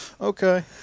Okay